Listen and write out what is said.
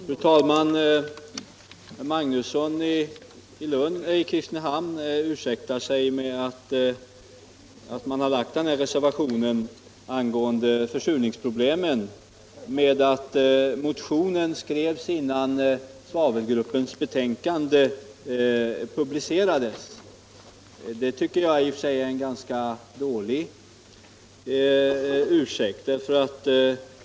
Fru talman! Herr Magnusson i Kristinehamn ursäktar vpk:s reservation angående försurningsproblemen med att motionen skrevs innan svavelgruppens betänkande publicerades. Det tycker jag är en ganska dålig ursäkt.